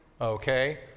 okay